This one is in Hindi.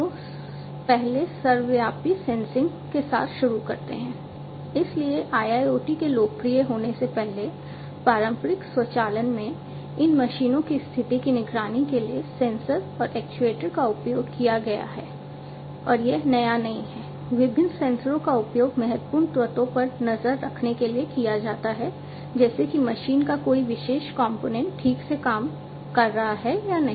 तो पहले सर्वव्यापी सेंसिंग ठीक से काम कर रहा है या नहीं